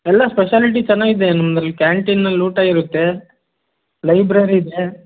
ಎಲ್ಲ ಸ್ಪೆಷಾಲಿಟಿ ಚೆನ್ನಾಗಿದೆ ನಮ್ಮದ್ರಲ್ಲಿ ಕ್ಯಾಂಟೀನಲ್ಲಿ ಊಟ ಇರುತ್ತೆ ಲೈಬ್ರರಿ ಇದೆ